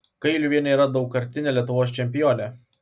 kailiuvienė yra daugkartinė lietuvos čempionė